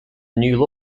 new